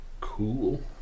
Cool